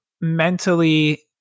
mentally